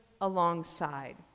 alongside